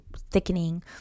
thickening